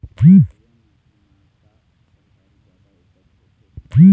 करिया माटी म का फसल हर जादा उपज होथे ही?